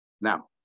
Now